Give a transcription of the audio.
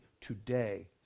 today